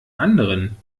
anderen